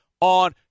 on